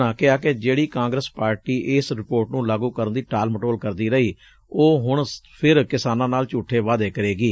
ਉਨ੍ਹਾਂ ਕਿਹਾ ਕਿ ਜਿਹਤੀ ਕਾਂਗਰਸ ਪਾਰਟੀ ਇਸ ਰਿਪੋਰਟ ਨੂੰ ਲਾਗੂ ਕਰਨ ਦੀ ਟਾਲ ਮਟੋਲ ਕਰਦੀ ਰਹੀ ਉਹ ਹੁਣ ਫਿਰ ਕਿਸਾਨਾਂ ਨਾਲ ਝੁਠੇ ਵਾਅਦੇ ਕਰੇਗੀ